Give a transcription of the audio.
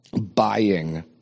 buying